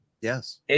Yes